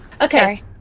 okay